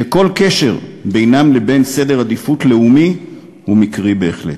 שכל קשר בינם לבין סדר עדיפויות לאומי הוא מקרי בהחלט.